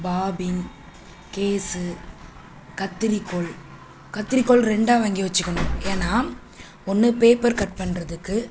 bobbin case கத்தரிக்கோல் கத்தரிக்கோல் ரெண்டாக வாங்கி வச்சுக்கணும் ஏன்னா ஒன்று பேப்பர் கட் பண்ணுறதுக்கு